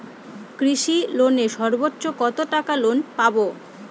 কৃষি লোনে সর্বোচ্চ কত টাকা লোন পাবো?